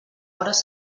hores